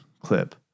Clip